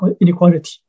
inequality